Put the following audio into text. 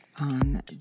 on